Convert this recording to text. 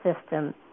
system